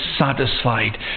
satisfied